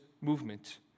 movement